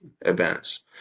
events